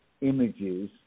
images